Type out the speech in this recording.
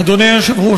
אדוני היושב-ראש,